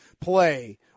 play